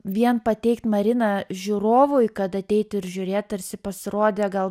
vien pateikt mariną žiūrovui kad ateit ir žiūrėt tarsi pasirodė gal